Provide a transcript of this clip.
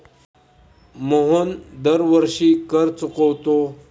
मोहन दरवर्षी कर चुकवतो